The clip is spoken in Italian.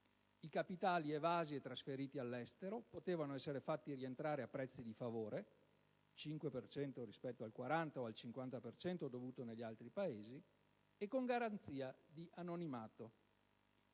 i capitali evasi e trasferiti all'estero potevano essere fatti rientrare a prezzi di favore (il 5 per cento, rispetto al 40 o al 50 per cento dovuto negli altri Paesi) e con garanzia di anonimato.